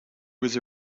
was